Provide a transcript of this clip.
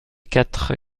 quatre